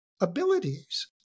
abilities